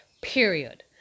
Period